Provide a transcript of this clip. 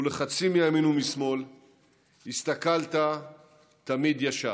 מול לחצים מימין ומשמאל הסתכלת תמיד ישר.